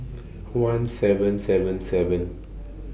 one seven seven seven